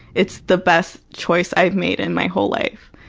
it's the best choice i've made in my whole life,